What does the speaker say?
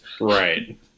Right